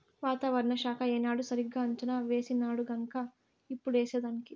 వాతావరణ శాఖ ఏనాడు సరిగా అంచనా వేసినాడుగన్క ఇప్పుడు ఏసేదానికి